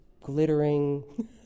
glittering